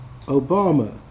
Obama